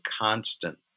constant